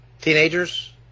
teenagers